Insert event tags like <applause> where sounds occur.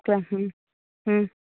<unintelligible>